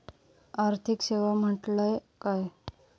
आर्थिक सेवा म्हटल्या काय?